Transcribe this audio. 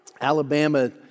Alabama